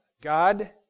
God